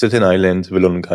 סטטן איילנד ולונג איילנד,